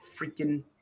freaking